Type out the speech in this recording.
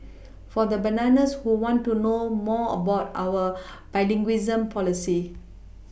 for the bananas who want to know more about our bilingualism policy